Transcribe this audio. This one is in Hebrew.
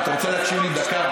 אתה רוצה להקשיב לי דקה?